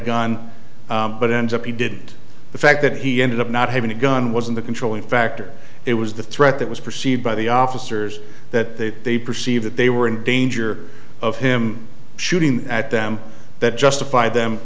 gun but ends up he did the fact that he ended up not having a gun wasn't a controlling factor it was the threat that was perceived by the officers that they perceive that they were in danger of him shooting at them that justified them